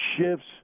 shifts